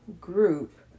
group